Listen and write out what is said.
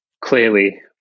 clearly